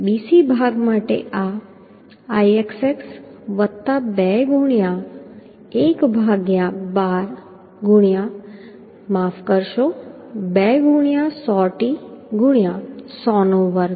BC ભાગ માટે આ Ixx 2 ગુણ્યા 1 ભાગ્યા 12 ગુણ્યા માફ કરશો 2 ગુણ્યા 100t ગુણ્યા 100 નો વર્ગ